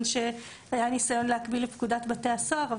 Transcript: שהיה ניסיון להקביל לפקודת בתי הסוהר,